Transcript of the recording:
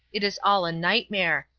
it is all a nightmare.